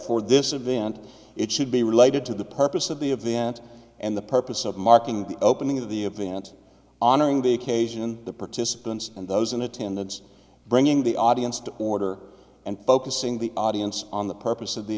for this event it should be related to the purpose of the event and the purpose of marking the opening of the event honoring the occasion the participants and those in attendance bringing the audience to order and focusing the audience on the purpose of the